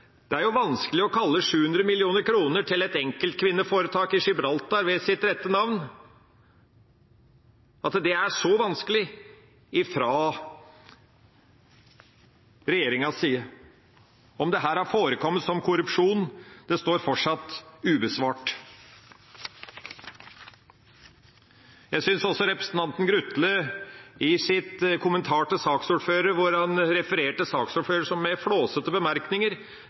å kalle 700 mill. kr til et enkeltkvinneforetak i Gibraltar ved sitt rette navn. Og spørsmålet om det her har forekommet korrupsjon, står fortsatt ubesvart. Jeg synes også representanten Grutles kommentar til saksordføreren, hvor han refererte saksordføreren med flåsete bemerkninger,